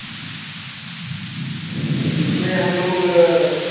इसमें हम लोग